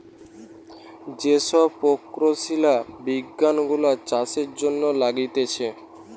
যে সব প্রকৌশলী বিজ্ঞান গুলা চাষের জন্য লাগতিছে